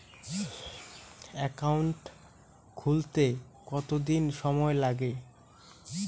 Account খুলতে কতদিন সময় লাগে?